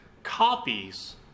copies